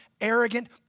arrogant